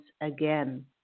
again